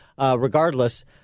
Regardless